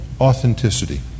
authenticity